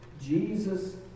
Jesus